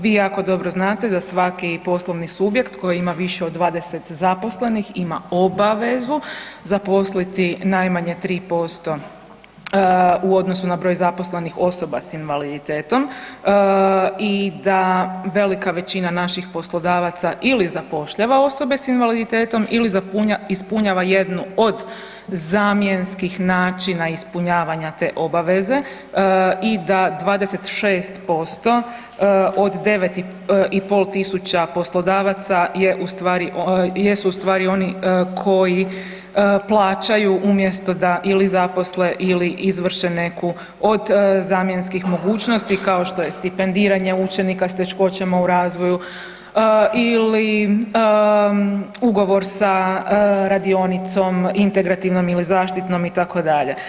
Vi jako dobro znate da svaki poslovni subjekt koji ima više od 20 zaposlenih ima obavezu zaposliti najmanje 3% u odnosu na broj zaposlenih osoba sa invaliditetom i da velika većina naših poslodavaca ili zapošljava osobe sa invaliditetom ili ispunjava jednu od zamjenskih načina ispunjavanja te obaveze i da 26% od 9 i pol tisuća poslodavaca jesu u stvari oni koji plaćaju umjesto da ili zaposle ili izvrše neku od zamjenskih mogućnosti kao što je stipendiranje učenika s teškoćama u razvoju ili ugovor sa radionicom, integrativnom ili zaštitnom itd.